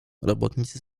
robotnicy